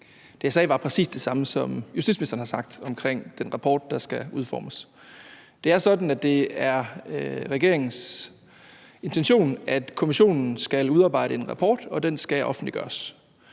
det, jeg sagde, var præcis det samme som det, justitsministeren har sagt omkring den rapport, der skal udformes. Det er sådan, at det er regeringens intention, at kommissionen skal udarbejde en rapport, og at den skal offentliggøres.